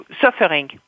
suffering